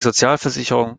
sozialversicherung